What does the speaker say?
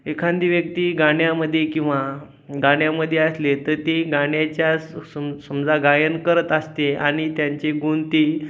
एखादी व्यक्ती गाण्यामध्ये किंवा गाण्यामध्ये असले तर ते गाण्याच्या सम समजा गायन करत असते आणि त्यांची गुण ती